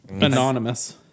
Anonymous